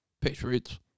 Patriots